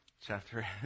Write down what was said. chapter